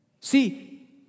See